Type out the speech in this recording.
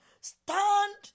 stand